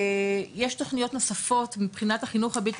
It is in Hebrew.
יש תוכניות נוספות מבחינת החינוך הבלתי